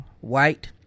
White